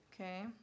Okay